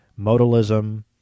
modalism